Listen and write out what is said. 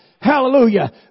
Hallelujah